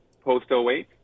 post-08